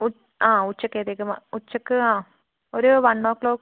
ഉച്ച ആ ഉച്ചക്കത്തേക്ക് വൺ ഉച്ചയ്ക്ക് ആ ഒരു വൺ ഓ ക്ലോക്ക്